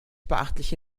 beachtliche